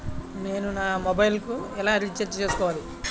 నేను నా మొబైల్కు ఎలా రీఛార్జ్ చేసుకోవాలి?